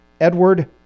Edward